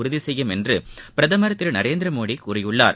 உறுதிசெய்யும் என்று பிரதமர் நரேந்திரமோடி கூறியுள்ளார்